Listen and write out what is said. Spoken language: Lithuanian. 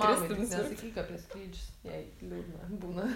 mamai tik nesakyk apie skrydžius jai liūdna būna